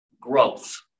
growth